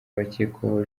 abakekwaho